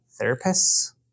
therapists